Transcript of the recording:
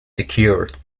secured